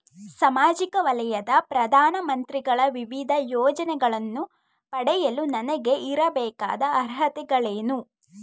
ಸಾಮಾಜಿಕ ವಲಯದ ಪ್ರಧಾನ ಮಂತ್ರಿಗಳ ವಿವಿಧ ಯೋಜನೆಗಳನ್ನು ಪಡೆಯಲು ನನಗೆ ಇರಬೇಕಾದ ಅರ್ಹತೆಗಳೇನು?